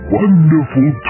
wonderful